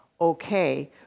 okay